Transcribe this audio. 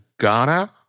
Ghana